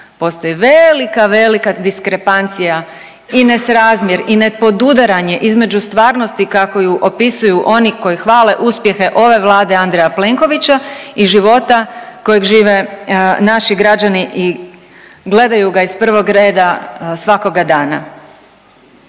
Postoji velika, velika diskrepancija i nesrazmjer i ne podudaranje između stvarnosti kako ju opisuju oni koji hvale uspjehe ove Vlade Andreja Plenkovića i života kojeg žive naši građani i gledaju ga iz prvog reda svakoga dana.